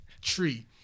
tree